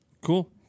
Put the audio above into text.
Cool